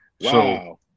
Wow